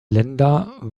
ländern